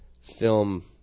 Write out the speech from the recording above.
film